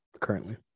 currently